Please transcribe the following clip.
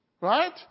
Right